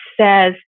says